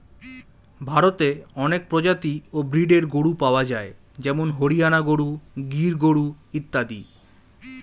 ভারতে অনেক প্রজাতি ও ব্রীডের গরু পাওয়া যায় যেমন হরিয়ানা গরু, গির গরু ইত্যাদি